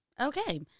Okay